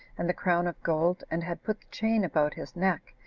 and the crown of gold, and had put the chain about his neck,